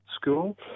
school